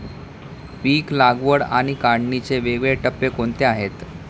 पीक लागवड आणि काढणीचे वेगवेगळे टप्पे कोणते आहेत?